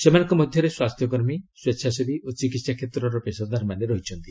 ସେମାନଙ୍କ ମଧ୍ୟରେ ସ୍ୱାସ୍ଥ୍ୟକର୍ମୀ ସ୍ପେଚ୍ଛାସେବୀ ଓ ଚିକିତ୍ସା କ୍ଷେତ୍ରର ପେଶାଦାରମାନେ ରହିଛନ୍ତି